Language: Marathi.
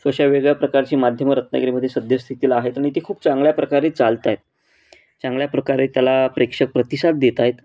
सो अशा वेगळ्या प्रकारची माध्यमं रत्नगिरीमध्ये सध्यस्थितीला आहेत आणि ती खूप चांगल्या प्रकारे चालत आहेत चांगल्या प्रकारे त्याला प्रेक्षक प्रतिसाद देत आहेत